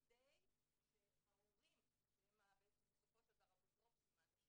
כדי שההורים שהם בעצם בסופו של דבר האופוטרופוסים,